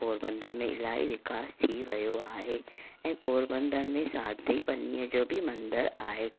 पोरबन्दर में इलाही विकास थी वियो आहे ऐं पोरबन्दर में सांदीपनी जो बि मंदरु आहे